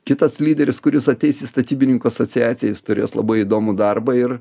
kitas lyderis kuris ateis į statybininkų asociaciją jis turės labai įdomų darbą ir